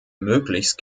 möglichst